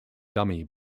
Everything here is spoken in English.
dummy